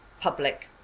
public